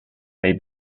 may